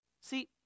See